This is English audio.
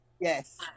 Yes